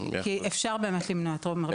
כי אפשר באמת למנוע את רוב התאונות.